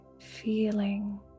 feeling